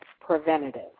preventative